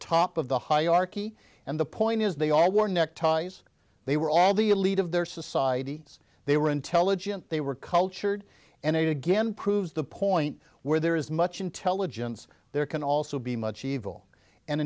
top of the hierarchy and the point is they all wore neckties they were all the elite of their societies they were intelligent they were cultured and it again proves the point where there is much intelligence there can also be much evil and